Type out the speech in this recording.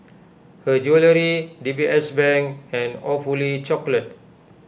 Her Jewellery D B S Bank and Awfully Chocolate